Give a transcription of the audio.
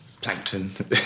plankton